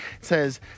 says